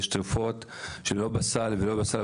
יש תרופות שכן בסל ולא בסל,